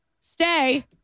stay